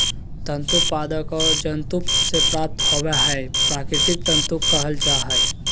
तंतु पादप और जंतु से प्राप्त होबो हइ प्राकृतिक तंतु कहल जा हइ